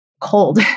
cold